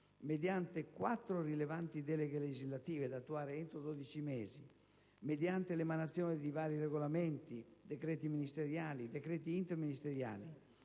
mediante quattro rilevanti deleghe legislative (da attuare entro 12 mesi), mediante l'emanazione di vari regolamenti, decreti ministeriali e decreti interministeriali,